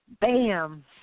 Bam